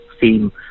theme